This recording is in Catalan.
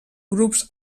grups